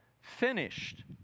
finished